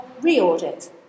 re-audit